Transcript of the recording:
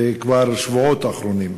זה כבר בשבועות האחרונים,